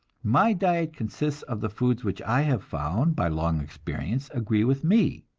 my diet consists of the foods which i have found by long experience agree with me.